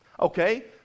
okay